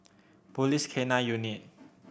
Police K Nine Unit